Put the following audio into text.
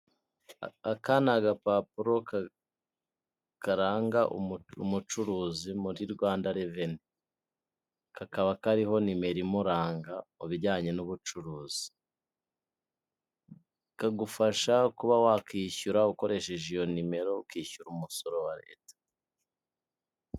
Aka ni agapapuro karanga umucuruzi muri Rwanda reveni kakaba kariho nimero imuranga mu bijyanye n'ubucuruzi, kagufasha wakwishyura ukoresheje iyo nimero ukishyura umusoro wa leta.